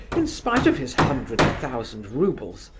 in spite of his hundred thousand roubles!